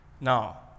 Now